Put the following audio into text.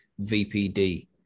vpd